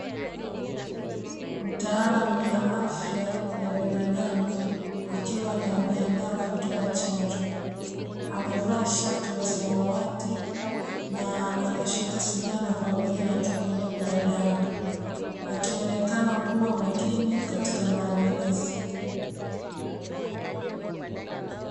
Mtaalamu wa afya ya binadamu akiwa anajiandaa kutoa chanjo, amevaa shati la samawati na anashika sindano pamoja na chupa ndogo ya dawa, akionekana kuwa makini katika maandalizi.